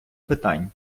питань